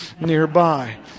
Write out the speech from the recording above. nearby